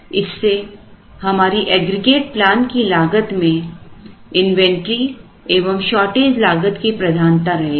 इससे हमारी aggregate plan की लागत में इन्वेंटरी एवं शॉर्टेज inventory shortages लागत की प्रधानता रहेगी